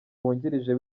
wungirije